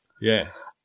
Yes